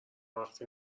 وقتی